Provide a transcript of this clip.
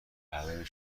برای